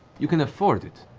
you can afford it.